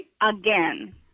again